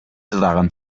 daran